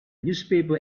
newspaper